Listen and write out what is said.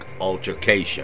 altercation